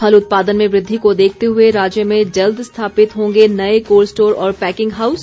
फल उत्पादन में वृद्वि को देखते हुए राज्य में जल्द स्थापित होंगे नए कोल्ड स्टोर और पैकिंग हाऊस